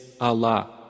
Allah